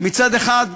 מצד אחד,